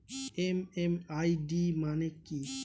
MMID মানে কি?